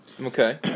Okay